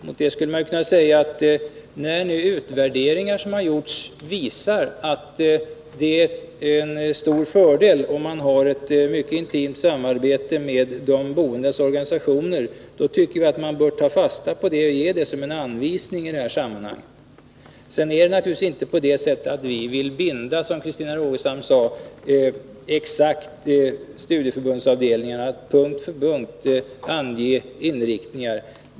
Mot det skulle kunna sägas att när de utvärderingar som har gjorts visar att det är en stor fördel att ha ett mycket intimt samarbete med de boendes organisationer, då tycker vi att man bör ta fasta på det och se det som en anvisning i det här sammanhanget. Det är naturligtvis inte på det sättet att vi, som Christina Rogestam sade, vill binda studieförbundsavdelningarna att punkt för punkt exakt ange sina inriktningar.